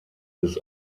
des